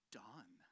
done